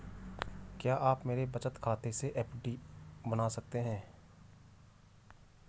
क्या आप मेरे बचत खाते से एफ.डी बना सकते हो?